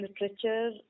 literature